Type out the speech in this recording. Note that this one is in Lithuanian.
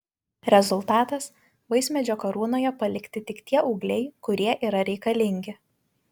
rezultatas vaismedžio karūnoje palikti tik tie ūgliai kurie yra reikalingi